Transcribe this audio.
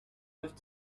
with